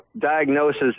diagnosis